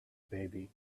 baby